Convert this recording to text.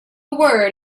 word